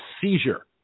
seizure